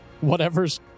whatever's